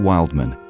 Wildman